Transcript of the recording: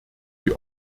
die